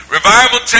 Revival